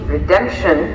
Redemption